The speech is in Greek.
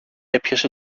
έπιασε